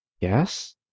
Yes